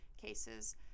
cases